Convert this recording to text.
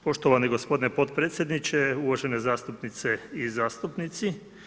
Poštovani gospodine potpredsjedniče, uvažene zastupnice i zastupnici.